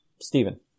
Stephen